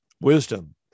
wisdom